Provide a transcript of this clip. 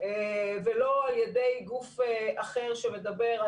ולא על ידי גוף אחר שמדבר,